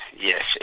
yes